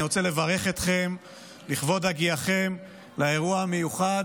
אני רוצה לברך אתכם לכבוד הגיעכם לאירוע המיוחד,